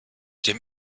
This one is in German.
dem